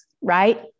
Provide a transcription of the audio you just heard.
right